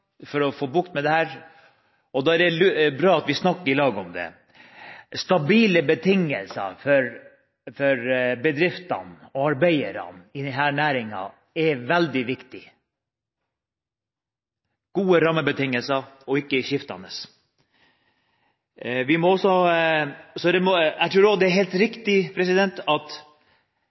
for å få bukt med dette, og da er det bra at vi snakker i lag om det. Stabile betingelser for bedriftene og arbeiderne i denne næringen er veldig viktig – gode rammebetingelser, og ikke skiftende. Jeg tror også det er helt riktig at vi har bevilget de ekstra pengene til Arbeidstilsynet. De må